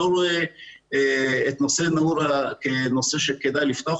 אני לא רואה את נושא נאעורה כנושא שכדאי לפתוח